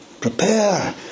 prepare